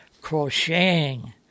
Crocheting